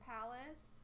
Palace